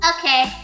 Okay